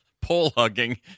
pole-hugging